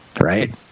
Right